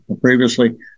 previously